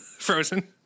Frozen